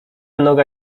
noga